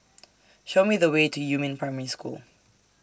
Show Me The Way to Yumin Primary School